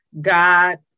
God